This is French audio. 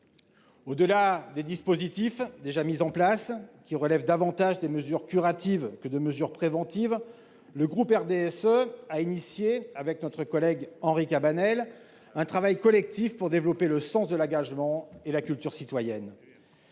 Au-delà des dispositifs déjà mis en place, qui relèvent de mesures davantage curatives que préventives, le groupe RDSE, avec notre collègue Henri Cabanel, a engagé un travail collectif pour développer le sens de l'engagement et la culture citoyenne.